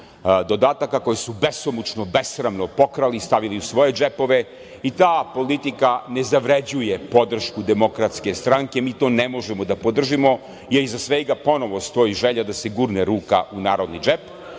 dodataka koje su besomučno, besramno pokrali i stavili u svoje džepove. Ta politika ne zavređuje podršku DS. Mi to ne možemo da podržimo, jer iza svega ponovo stoji želja da se gurne ruka u narodni džep.